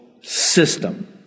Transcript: system